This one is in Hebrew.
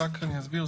אני אסביר,